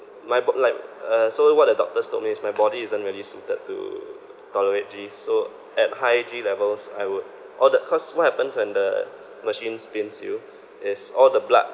my bod~ like uh so what the doctors told me is my body isn't really suited to tolerate G so at high G levels I would all the cause what happens when the machine spins you is all the blood